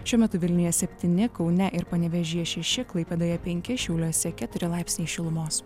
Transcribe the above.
šiuo metu vilniuje septyni kaune ir panevėžyje šeši klaipėdoje penki šiauliuose keturi laipsniai šilumos